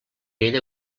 ella